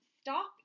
stop